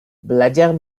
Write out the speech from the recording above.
belajar